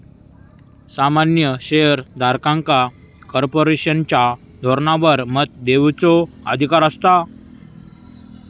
सामान्य शेयर धारकांका कॉर्पोरेशनच्या धोरणांवर मत देवचो अधिकार असता